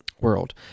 World